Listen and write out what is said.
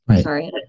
Sorry